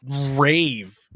rave